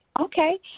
Okay